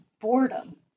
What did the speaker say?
boredom